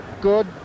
good